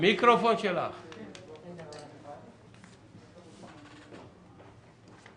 מקווה שלא תעלי על מוקשים כמו איגוד הבנקים.